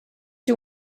you